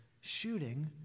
shooting